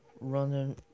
running